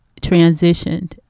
transitioned